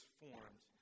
formed